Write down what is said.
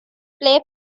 play